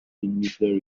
nuclear